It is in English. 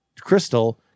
crystal